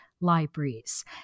libraries